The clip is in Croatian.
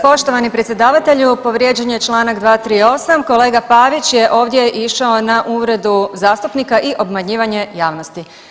Poštovani predsjedavatelju povrijeđen je Članak 238., kolega Pavić je ovdje išao na uvredu zastupnika i obmanjivanje javnosti.